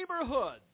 neighborhoods